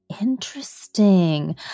interesting